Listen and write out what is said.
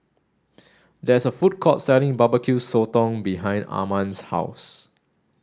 there is a food court selling Barbecue Sotong behind Arman's house